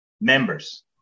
members